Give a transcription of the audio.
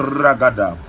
ragada